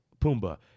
Pumbaa